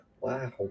Wow